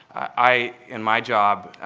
i, in my job,